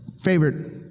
favorite